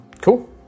cool